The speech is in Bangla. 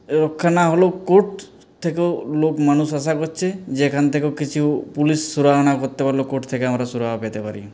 রক্ষা না হলেও কোর্ট থেকেও লোক মানুষ আশা করছে যে এখান থেকেও কিছু পুলিশ সুরাহা না করতে পারলেও কোর্ট থেকে আমরা সুরাহা পেতে পারি